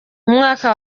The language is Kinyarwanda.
umwaka